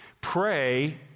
Pray